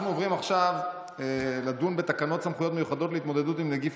אנחנו עוברים עכשיו לדון בתקנות סמכויות מיוחדות להתמודדות עם נגיף